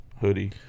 hoodie